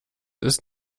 ist